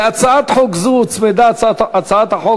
להצעת חוק זו הוצמדה הצעת חוק